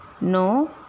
no